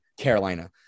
Carolina